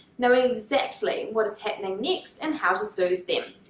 knowing exactly what is happening next and how to soothe them.